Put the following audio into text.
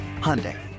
Hyundai